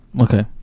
Okay